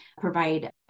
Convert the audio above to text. provide